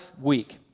week